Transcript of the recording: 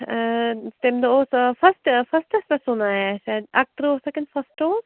تَمہِ دۄہ اوس فسٹ فسٹَس پٮ۪ٹھ سُونایے اَسہِ اَتہِ اَکتٕرٛہ اوسا کِنۍ فسٹ اوس